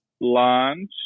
lunch